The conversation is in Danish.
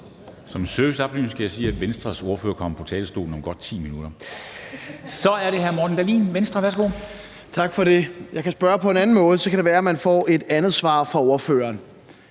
Som en serviceoplysning kan jeg sige, at Venstres ordfører kommer på talerstolen om godt 10 minutter. Så er det hr. Morten Dahlin, Venstre. Værsgo. Kl. 09:42 Morten Dahlin (V): Tak for det. Jeg kan spørge på en anden måde – så kan det være, man får et andet svar fra ordføreren.